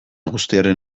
guztiaren